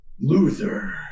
Luther